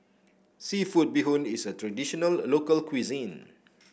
seafood Bee Hoon is a traditional local cuisine